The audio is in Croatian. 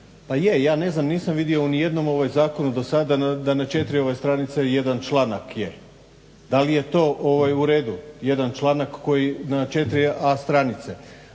pa je. Ja ne znam nisam vidio ni u jednom zakonu do sada da na četiri stranice jedan članak je. Da li je to u redu? Jedan članak koji je na 4A stranice.